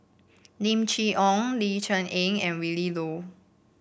Lim Chee Onn Ling Cher Eng and Willin Low